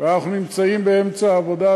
ואנחנו נמצאים באמצע העבודה,